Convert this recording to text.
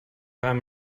einem